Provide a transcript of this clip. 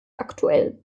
aktuell